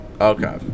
Okay